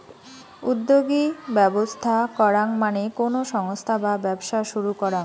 উদ্যোগী ব্যবস্থা করাঙ মানে কোনো সংস্থা বা ব্যবসা শুরু করাঙ